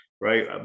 right